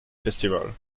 festival